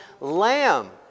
lamb